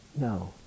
No